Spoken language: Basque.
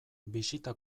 bisita